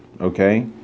Okay